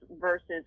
versus